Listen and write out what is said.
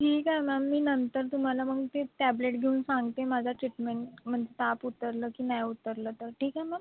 ठीक आहे मॅम मी नंतर तुम्हाला मग ते टॅब्लेट घेऊन सांगते माझा ट्रीटमेंट म्हणजे ताप उतरला की नाही उतरला तर ठीक आहे मॅम